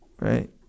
right